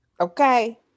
okay